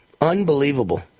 Unbelievable